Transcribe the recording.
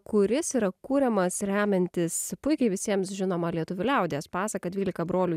kuris yra kuriamas remiantis puikiai visiems žinoma lietuvių liaudies pasaka dvylika brolių